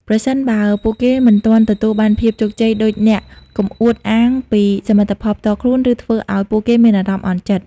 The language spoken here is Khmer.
ប្រសិនបើពួកគេមិនទាន់ទទួលបានភាពជោគជ័យដូចអ្នក កុំអួតអាងពីសមិទ្ធផលផ្ទាល់ខ្លួន ឬធ្វើឱ្យពួកគេមានអារម្មណ៍អន់ចិត្ត។